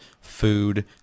food